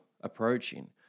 approaching